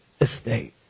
estate